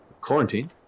quarantine